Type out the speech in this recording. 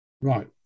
Right